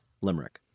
limerick